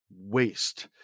waste